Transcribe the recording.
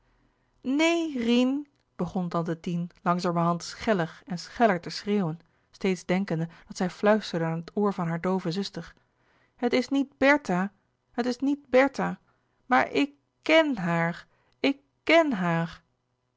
neen rien begon tante tien langzamerhand scheller en scheller te schreeuwen steeds denkende dat zij fluisterde aan het oor van haar doove zuster het is niet bertha het louis couperus de boeken der kleine zielen is niet bertha maar ik k e n haar ik k e n haar